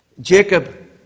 Jacob